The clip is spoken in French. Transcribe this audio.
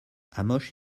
hamoche